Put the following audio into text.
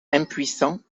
impuissant